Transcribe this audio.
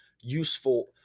useful